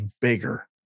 bigger